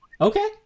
okay